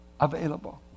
Available